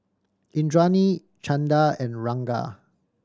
Indranee Chanda and Ranga